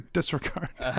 Disregard